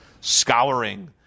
scouring